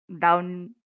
down